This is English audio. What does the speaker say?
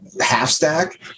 half-stack